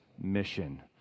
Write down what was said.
mission